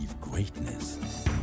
Greatness